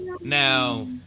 Now